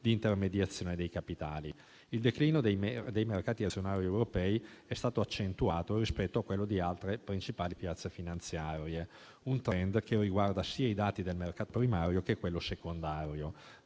di intermediazione dei capitali. Il declino dei mercati azionari europei è stato accentuato rispetto a quello di altre principali piazze finanziarie: un *trend* che riguarda i dati del mercato sia primario che secondario.